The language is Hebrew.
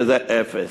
שזה אפס.